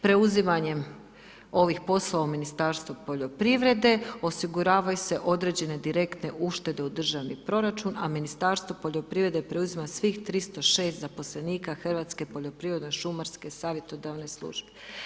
Preuzimanjem ovih poslova u Ministarstvu poljoprivrede osiguravaju se određene direktne uštede u Državni proračun, a Ministarstvo poljoprivrede preuzima svih 306 zaposlenika Hrvatske poljoprivredno-šumarske savjetodavne službe.